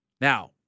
Now